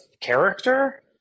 character